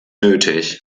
nötig